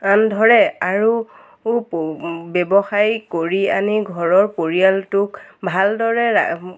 আনধৰে আৰু ব্যৱসায় কৰি আনি ঘৰৰ পৰিয়ালটোক ভালদৰে ৰা